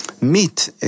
meet